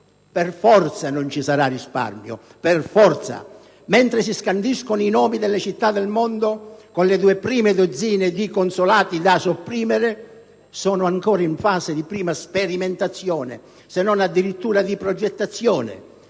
Per forza non ci sarà risparmio. Per forza. Mentre si scandiscono i nomi delle città del mondo con le due prime dozzine di tradizionali consolati da sopprimere, sono ancora in fase di prima sperimentazione, se non addirittura di progettazione,